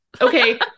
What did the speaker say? Okay